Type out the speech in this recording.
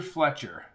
Fletcher